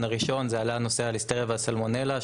הראשון זה עלה נושא הליסטריה והסלמונלה,